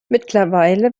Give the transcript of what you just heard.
mittlerweile